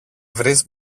βρεις